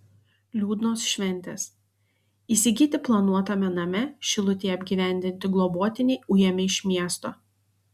liūdnos šventės įsigyti planuotame name šilutėje apgyvendinti globotiniai ujami iš miesto